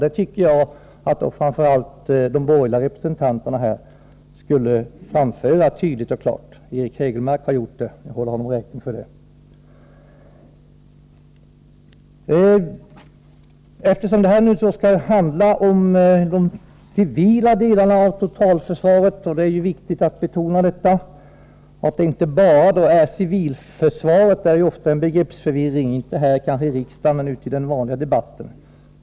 Det tycker jag att framför allt de borgerliga representanterna borde framföra tydligt och klart — Eric Hägelmark har gjort det, och jag håller honom räkning för det. Debatten skall handla om de civila delarna av totalförsvaret. Det är viktigt att betona detta, eftersom det i fråga om civilförsvaret ofta råder en begreppsförvirring — kanske inte här i riksdagen, men i debatten i övrigt.